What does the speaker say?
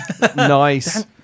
Nice